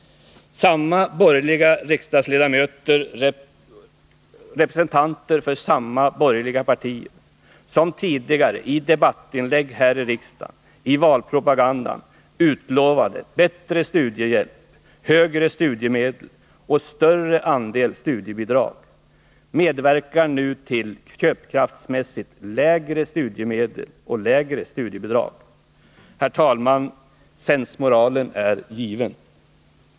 Samma borgerliga riksdagsledamöter, representanter för samma borgerliga partier, som tidigare i debattinlägg här i riksdagen och i valpropagandan utlovade bättre studiehjälp, högre studiemedel med större andel studiebidrag, medverkar nu till köpkraftsmässigt lägre studiemedel och lägre studiebidrag. Herr talman! Sensmoralen är given!